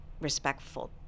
respectful